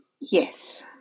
Yes